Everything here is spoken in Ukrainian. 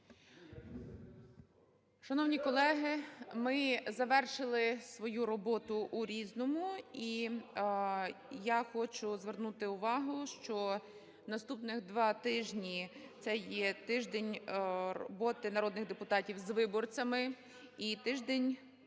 Шановні колеги, ми завершили свою роботу у "Різному". І я хочу звернути увагу, що наступних два тижні - це є тиждень роботи народних депутатів з виборцями і тиждень